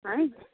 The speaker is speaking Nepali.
है